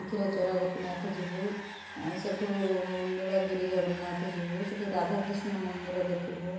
କ୍ଷୀରଚୋରା ଗୋପିନାଥ ଯିବୁ ସେଠୁ ନୀଳଗିରି ଜଗନ୍ନାଥ ଯିବୁ ସେଠି ରାଧାକ୍ରୀଷ୍ଣ ମନ୍ଦିର ଦେଖିବୁ